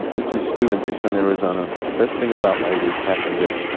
this is stew in tucson, ariz. and the best thing about my week happened yesterday